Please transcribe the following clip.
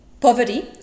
poverty